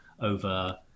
over